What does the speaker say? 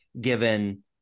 given